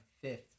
fifth